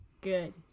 Good